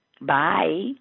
Bye